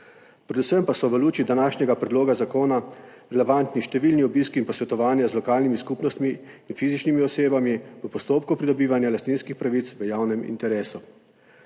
Predvsem pa so v luči današnjega predloga zakona relevantni številni obiski in posvetovanja z lokalnimi skupnostmi in fizičnimi osebami v postopku pridobivanja lastninskih pravic v javnem interesu.